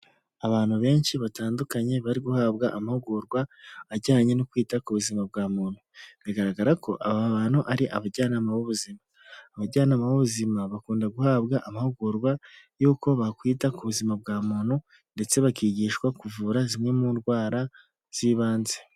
Abantu benshi batandukanye bari guhabwa amahugurwa ajyanye no kwita ku buzima bwa muntu, bigaragara ko aba bantu ari abajyanama b'ubuzima. Abajyanama b'ubuzima bakunda guhabwa amahugurwa y'uko bakwita ku buzima bwa muntu ndetse bakigishwa kuvura zimwe mu ndwara z'ibanze.